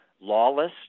lawless